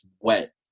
wet